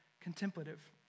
contemplative